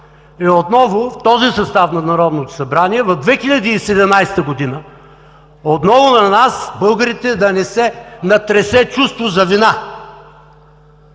отново е в този състав на Народното събрание – през 2017 г. отново на нас, българите, да ни се натресе чувство за вина,